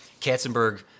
Katzenberg